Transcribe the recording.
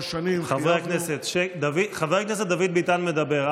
חברי הכנסת, חבר הכנסת דוד ביטן מדבר.